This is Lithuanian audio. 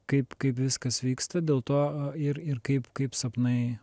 kaip kaip viskas vyksta dėl to ir ir kaip kaip sapnai